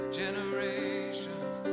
generations